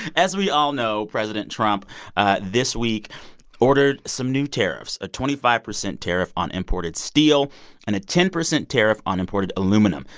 as we all know, president trump this week ordered some new tariffs a twenty five percent tariff on imported steel and a ten percent tariff on imported aluminum.